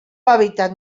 hàbitat